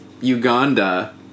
Uganda